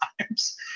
times